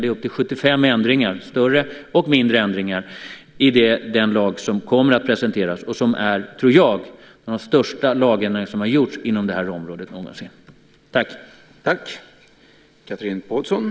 Den lag som kommer att presenteras innehåller 75 större och mindre ändringar. Jag tror att det är en av de största lagändringar som någonsin har gjorts inom det här området.